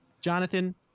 Jonathan